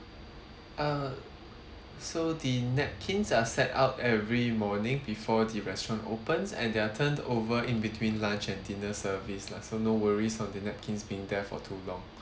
uh so the napkins are set up every morning before the restaurant opens and they're turned over in between lunch and dinner service lah so no worries for the napkins being there for too long